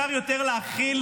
לא להאמין.